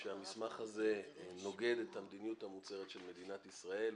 שהמסמך הזה נוגד את המדיניות המוצהרת של מדינת ישראל,